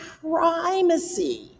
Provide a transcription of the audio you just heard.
primacy